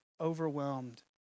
overwhelmed